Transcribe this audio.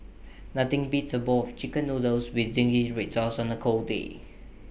nothing beats A bowl of Chicken Noodles with Zingy Red Sauce on A cold day